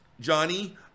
Johnny